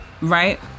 right